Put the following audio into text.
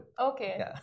Okay